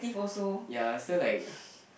ya so like